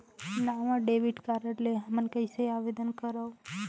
नवा debit card ले हमन कइसे आवेदन करंव?